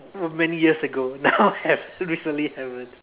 uh many years ago now have recently haven't